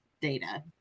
data